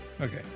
Okay